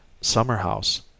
summer-house